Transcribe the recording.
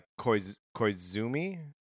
Koizumi